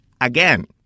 again